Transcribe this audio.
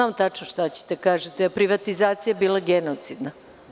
Znam tačno šta ćete da kažete, da je privatizacija bila genocidna.